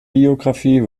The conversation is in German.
biographie